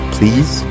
Please